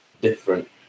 different